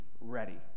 ready